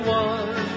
one